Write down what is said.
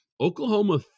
Oklahoma